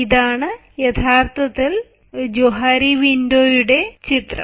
ഇതാണ് യഥാർത്ഥത്തിൽ ജോഹാരി വിൻഡോയുടെ ചിത്രം